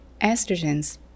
estrogens